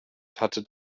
hatte